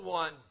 one